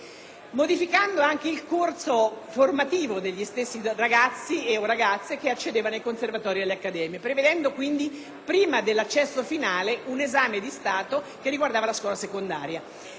modificando anche il corso formativo degli stessi ragazzi e ragazze che accedevano ai conservatori ed alle accademie, prevedendo quindi prima dell'accesso finale un esame di Stato che riguardava la scuola secondaria.